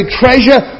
treasure